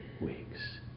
weeks